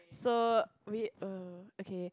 so we uh okay